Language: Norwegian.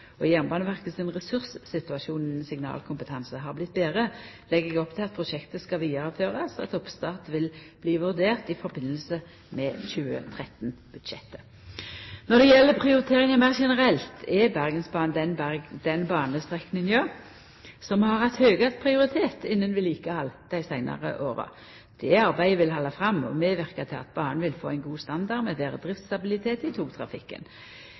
signalkompetanse har vorte betre, legg eg opp til at prosjektet skal vidareførast, og at oppstart vil bli vurdert i samband med 2013-budsjettet. Når det gjeld prioriteringa meir generelt, er Bergensbanen den banestrekninga som har hatt høgast prioritet innan vedlikehaldet dei seinare åra. Dette arbeidet vil halda fram og medverka til at banen vil få ein god standard, med betre driftsstabilitet i togtrafikken.